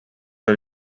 are